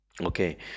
Okay